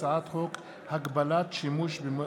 הצעת החוק לא נתקבלה.